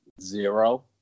zero